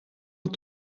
dan